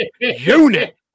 unit